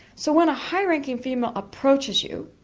so when a high-ranking female approaches you